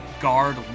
guard